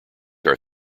are